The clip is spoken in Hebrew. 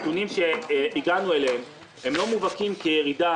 הנתונים שאליהם הגענו לא מובהקים כירידה,